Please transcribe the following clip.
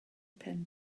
pen